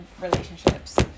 relationships